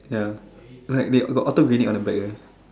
ya like they got auto grenade on the back eh